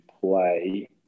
play